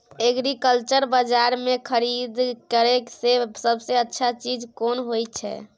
Agriculture बाजार में खरीद करे से सबसे अच्छा चीज कोन होय छै?